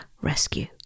rescue